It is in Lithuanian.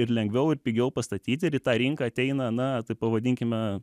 ir lengviau ir pigiau pastatyti ir į tą rinką ateina na taip pavadinkime